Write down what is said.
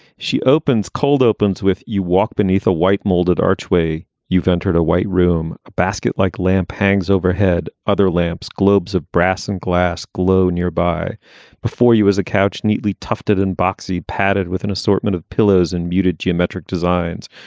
she opens cold, opens with you, walk beneath a white molded archway. you've entered a white room basket like lamp hangs overhead. other lamps, globes of brass and glass glow nearby before you as a couch, neatly tufted and boxy, padded with an assortment of pillows and muted geometric designs,